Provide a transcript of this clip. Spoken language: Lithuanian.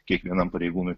kiekvienam pareigūnui